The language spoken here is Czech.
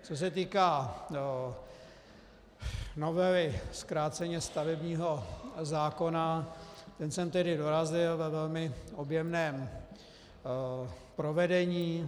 Co se týká novely, zkráceně, stavebního zákona, ten sem tedy dorazil ve velmi objemném provedení.